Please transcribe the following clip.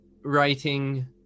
writing